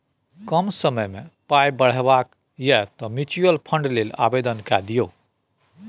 कम समयमे पाय बढ़ेबाक यै तँ म्यूचुअल फंड लेल आवेदन कए दियौ